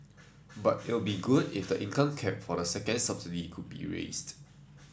but it'd be good if the income cap for the second subsidy could be raised